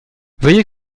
veuillez